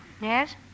Yes